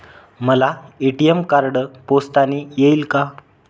मला ATM card पोस्टाने येईल का?